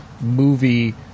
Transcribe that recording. movie